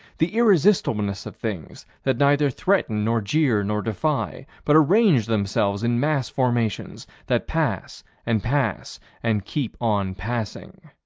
the irresistibleness of things that neither threaten nor jeer nor defy, but arrange themselves in mass-formations that pass and pass and keep on passing.